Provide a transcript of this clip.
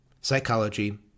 psychology